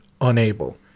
unable